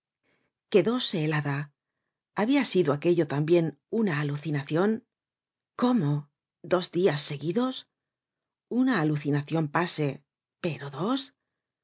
quedóse helada habia sido aquello tambien una alucinacion cómo dos dias seguidos una alucinacion pase pero dos